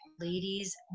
ladies